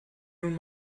nun